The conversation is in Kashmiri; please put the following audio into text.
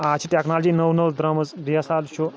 آز چھِ ٹیٚکنالجی نٔو نٔو درٛٲمٕژ ڈی ایٚس آر چھُ